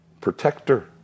protector